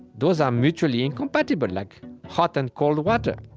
those are mutually incompatible, like hot and cold water.